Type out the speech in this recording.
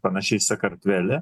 panašiai sakartvele